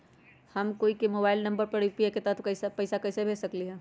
हम कोई के मोबाइल नंबर पर यू.पी.आई के तहत पईसा कईसे भेज सकली ह?